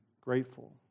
grateful